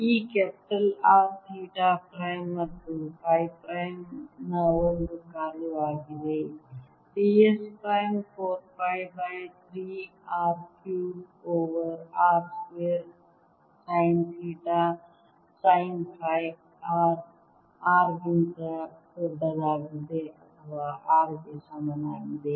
ಈ capital R theta prime ಮತ್ತು phi prime ನ ಒಂದು ಕಾರ್ಯವಾಗಿದೆ d s prime 4 pi by 3 R cube over r square sine theta sine phi r R ಗಿಂತ ದೊಡ್ಡದಾಗಿದೆ ಅಥವಾ R ಗೆ ಸಮನಾಗಿದೆ